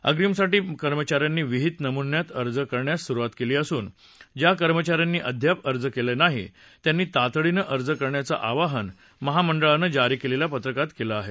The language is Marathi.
अग्रीमसाठी कर्मचाऱ्यांनी विहित नमुन्यात अर्ज करण्यास सुरुवात केली असून ज्या कर्मचाऱ्यांनी अद्याप अर्ज केले नाही त्यांनी तातडीनं अर्ज करण्याचं आवाहन महामंडळानं जारी केलेल्या पत्रकात केलं आहे